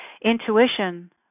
Intuition